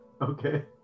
Okay